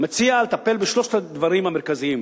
והוא מציע לטפל בשלושת הדברים המרכזיים